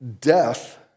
death